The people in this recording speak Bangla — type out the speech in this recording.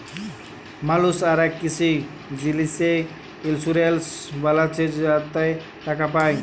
মালুস অলেক কিসি জিলিসে ইলসুরেলস বালাচ্ছে যাতে টাকা পায়